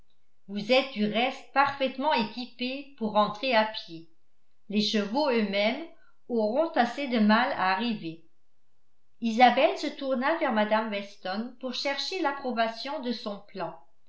vous êtes du reste parfaitement équipée pour rentrer à pied les chevaux eux-mêmes auront assez de mal à arriver isabelle se tourna vers mme weston pour chercher l'approbation de son plan